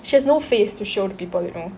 she has no face to show to people you know